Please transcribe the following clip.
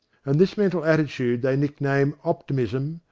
and this mental attitude they nickname optimism,